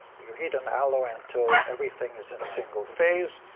you heat an alloy until everything is in a single phase,